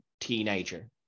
teenager